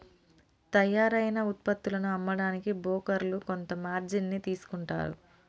తయ్యారైన వుత్పత్తులను అమ్మడానికి బోకర్లు కొంత మార్జిన్ ని తీసుకుంటారు